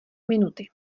minuty